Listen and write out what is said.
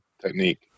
technique